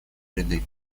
ряды